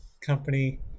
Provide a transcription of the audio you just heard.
company